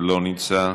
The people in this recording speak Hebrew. לא נמצא.